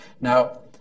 Now